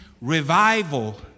revival